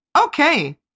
Okay